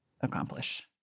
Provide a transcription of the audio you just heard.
accomplish